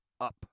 up